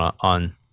on